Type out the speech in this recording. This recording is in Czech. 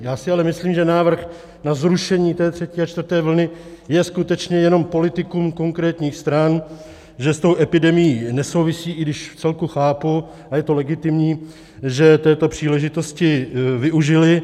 Já si ale myslím, že návrh na zrušení třetí a čtvrté vlny je skutečně jenom politikum konkrétních stran, že s epidemií nesouvisí, i když vcelku chápu, a je to legitimní, že této příležitosti využily.